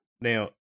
now